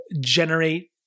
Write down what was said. generate